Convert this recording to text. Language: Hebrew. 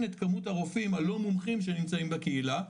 את כמות הרופאים הלא מומחים שנמצאים בקהילה,